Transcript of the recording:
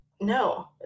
no